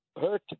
hurt